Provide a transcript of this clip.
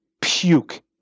puke